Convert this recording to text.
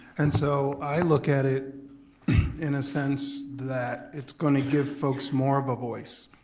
and so i look at it in a sense that it's gonna give folks more of a voice.